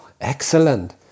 excellent